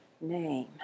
name